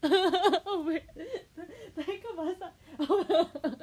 oh wait 哪一个